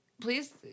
Please